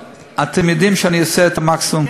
אתם יודעים שאני אעשה את המקסימום,